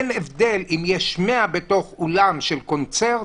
אין הבדל אם יש 100 באולם של קונצרטים,